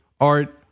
art